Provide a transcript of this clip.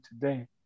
today